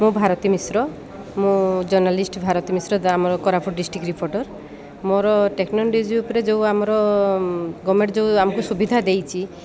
ମୁଁ ଭାରତୀ ମିଶ୍ର ମୁଁ ଜର୍ନାଲିଷ୍ଟ ଭାରତୀ ମିଶ୍ର ଆମର କୋରାପୁଟ ଡିଷ୍ଟ୍ରିକ୍ଟ ରିପୋର୍ଟର୍ ମୋର ଟେକ୍ନୋଲୋଜି ଉପରେ ଯେଉଁ ଆମର ଗଭର୍ଣ୍ଣମେଣ୍ଟ ଯେଉଁ ଆମକୁ ସୁବିଧା ଦେଇଛି